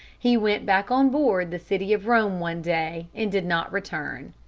he went back on board the city of rome one day, and did not return.